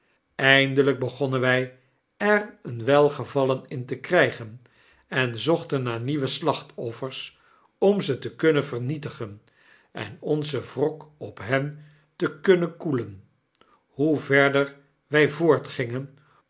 eindelqk begonnen wy er een welgevallen in te krygen en zochten naar nieuwe slachtoffers om ze te kunnen vernietigen en onzen wrok op hen te kunnen koelen hoe verder wy